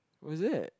was it